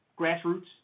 Grassroots